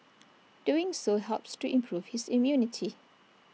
doing so helps to improve his immunity